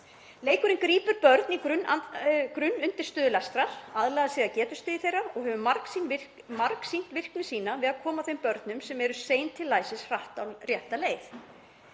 Leikurinn grípur börn í grunnundirstöðu lestrar, aðlagar sig getustigi þeirra og hefur margsýnt virkni sína við að koma þeim börnum sem eru sein til læsis hratt á rétta leið.